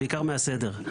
בעיקר מהסדר.